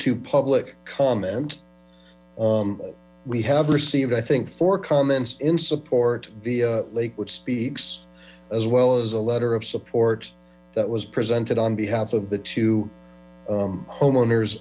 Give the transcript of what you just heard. to public comment we have received i think four comments in support the lakewood speaks as well as a letter of support that was presented on behalf of the two homeowners